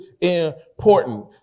important